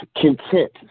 content